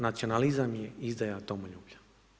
Nacionalizam je izdaja domoljublja.